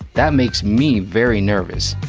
that makes me very nervous.